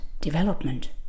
development